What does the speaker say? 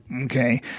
Okay